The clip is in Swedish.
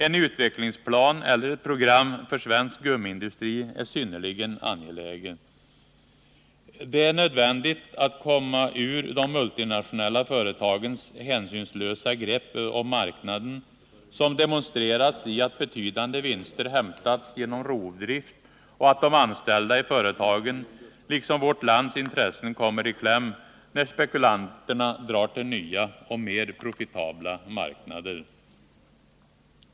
En utvecklingsplan eller ett program för svensk gummiindustri är någonting synnerligen angeläget. Det är nödvändigt att komma ur de multinationella företagens hänsynslösa grepp om marknaden, som demonstrerats i att betydande vinster hämtats genom rovdrift och att de anställda i företagen liksom vårt lands intressen kommer i kläm när spekulanterna drar till nya och mer profitabla marknader.